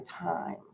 time